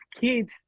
kids